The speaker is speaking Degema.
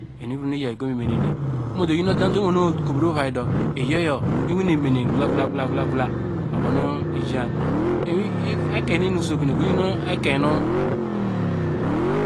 Mi deri inum nu iyo igomimenene, momo to bo oyi odamu tum nu oderi mu kobri ovai du, iyor yo iwine me ne ne, gla, gla, gla, gla, oyo ubo nu igan ekein ne ni usokun, okro yi nu ekein nu.